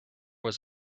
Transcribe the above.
was